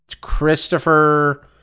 Christopher